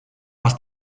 aus